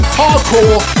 hardcore